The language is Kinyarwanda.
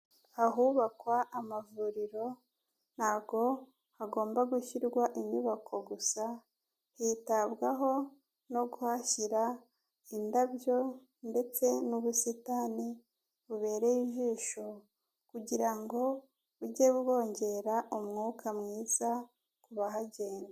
Ahubakwa amavuriro ntabwo hagomba gushyirwa inyubako gusa, hitabwaho no kuhashyira indabyo ndetse n'ubusitani bubereye ijisho kugira ngo bujye bwongera umwuka mwiza ku bahagenda.